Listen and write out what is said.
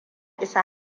isa